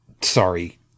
sorry